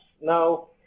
Now